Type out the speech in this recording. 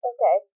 Okay